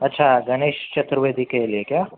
اچھا گنیش چترویدی کے لیے کیا